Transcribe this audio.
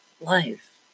life